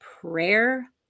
prayer